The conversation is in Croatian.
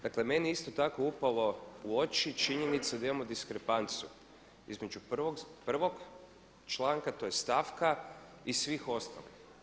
Dakle meni je isto tako upalo u oči činjenica da imamo diskrepanciju između 1. članka, tj. stavka i svih ostalih.